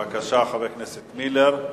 בבקשה, חבר הכנסת מילר.